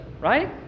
right